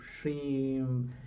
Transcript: shrimp